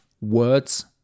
words